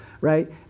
right